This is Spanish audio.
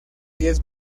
diez